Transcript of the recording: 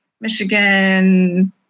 Michigan